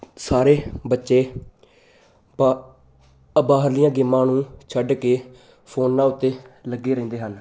ਸਾਰੇ ਬੱਚੇ ਬਾ ਬਾਹਰਲੀਆਂ ਗੇਮਾਂ ਨੂੰ ਛੱਡ ਕੇ ਫੋਨਾਂ ਉੱਤੇ ਲੱਗੇ ਰਹਿੰਦੇ ਹਨ